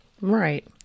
Right